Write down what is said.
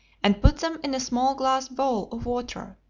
and put them in a small glass bowl of water.